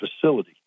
facility